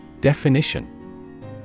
Definition